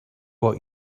what